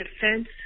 defense